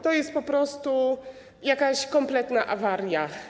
To jest po prostu jakaś kompletna awaria.